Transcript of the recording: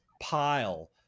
pile